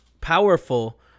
powerful